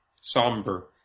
Somber